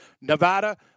Nevada